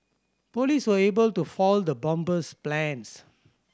police were able to foil the bomber's plans